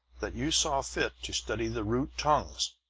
that you saw fit to study the root tongues.